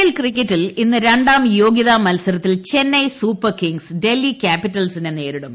L ക്രിക്കറ്റിൽ ഇന്ന് രണ്ടാം യോഗ്യതാ മൽസരത്തിൽ ചെന്നൈ സൂപ്പർകിംഗ്സ് ഡൽഹി കൃാപിറ്റൽസിനെ നേരിടും